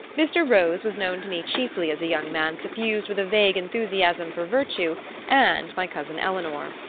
mr. rose was known to me chiefly as a young man suffused with a vague enthusiasm for virtue and my cousin eleanor.